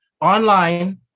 online